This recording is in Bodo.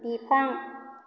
बिफां